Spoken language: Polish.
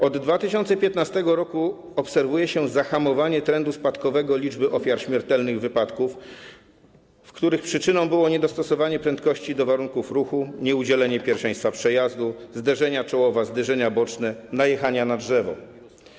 Od 2015 r. obserwuje się zahamowanie trendu spadkowego liczby ofiar śmiertelnych wypadków, w których przyczyną było niedostosowanie prędkości do warunków ruchu, nieudzielenie pierwszeństwa przejazdu, zderzenia czołowe, zderzenia boczne, najechanie na drzewo.